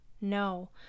No